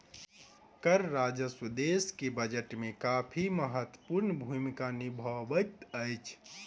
कर राजस्व देश के बजट में काफी महत्वपूर्ण भूमिका निभबैत अछि